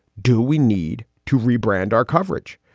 do we need to rebrand our coverage?